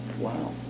Wow